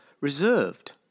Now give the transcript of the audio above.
reserved